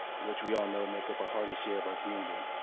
which we all know make up a hardy share of our community.